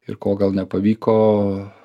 ir ko gal nepavyko